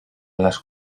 les